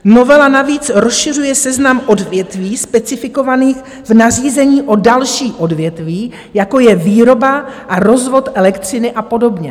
Novela navíc rozšiřuje seznam odvětví specifikovaných v nařízení o další odvětví, jako je výroba a rozvod elektřiny a podobně.